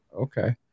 okay